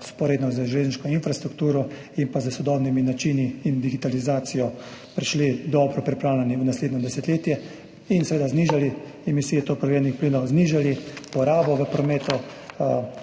vzporedno z železniško infrastrukturo in s sodobnimi načini in digitalizacijo prišli dobro pripravljeni v naslednje desetletje in znižali emisije toplogrednih plinov, znižali porabo v prometu